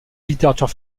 littérature